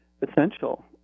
Essential